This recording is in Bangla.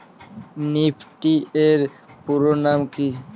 নিফটি এর পুরোনাম কী?